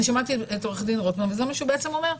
שמעתי את עו"ד רוטמן וזה מה שהוא בעצם אומר.